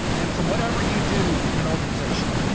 and from whatever you do in an organization.